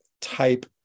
type